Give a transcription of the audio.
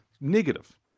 negative